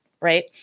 right